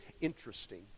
interesting